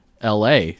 LA